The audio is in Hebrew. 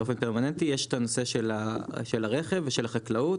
יש את הנושא של הרכב ושל החקלאות.